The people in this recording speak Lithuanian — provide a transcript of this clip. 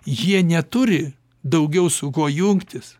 jie neturi daugiau su kuo jungtis